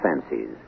fancies